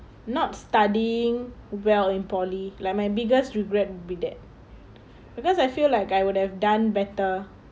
not studying well in poly like my biggest regret will be that because I feel like I would have done better